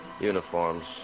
Uniforms